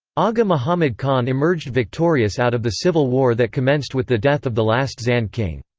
agha mohammad khan emerged victorious out of the civil war that commenced with the death of the last zand king.